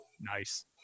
Nice